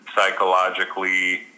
psychologically